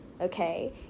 okay